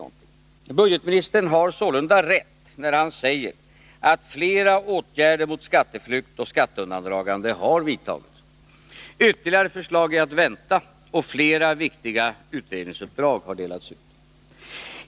Ekonomioch budgetministern har sålunda rätt när han säger att flera åtgärder mot skatteflykt och skatteundandragande har vidtagits. Ytterligare förslag är att vänta, och flera viktiga utredningsuppdrag har delats ut.